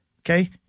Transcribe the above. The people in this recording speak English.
Okay